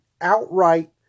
outright